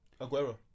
Aguero